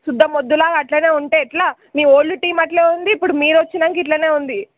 సుద్ద మొద్దులాగా అట్లనే ఉంటే ఎట్లా మీ ఓల్డ్ టీం అట్లే ఉంది ఇప్పుడు మీరు వచ్చినాక ఇట్లనే ఉంది